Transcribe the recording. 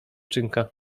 dziewczynka